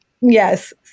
Yes